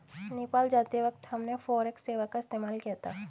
नेपाल जाते वक्त हमने फॉरेक्स सेवा का इस्तेमाल किया था